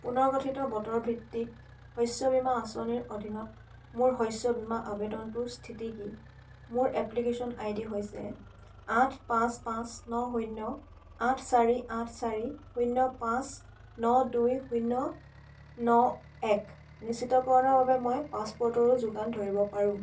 পুনৰ্গঠিত বতৰ ভিত্তিক শস্য বীমা আঁচনিৰ অধীনত মোৰ শস্য বীমা আবেদনটোৰ স্থিতি কি মোৰ এপ্লিকেশ্যন আই ডি হৈছে আঠ পাঁচ পাঁচ ন শূন্য আঠ চাৰি আঠ চাৰি শূন্য পাঁচ ন দুই শূন্য ন এক নিশ্চিতকৰণৰ বাবে মই পাছপ'ৰ্টৰো যোগান ধৰিব পাৰোঁ